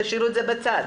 תשאירו את זה בצד,